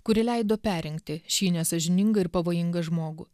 kuri leido perrinkti šį nesąžiningą ir pavojingą žmogų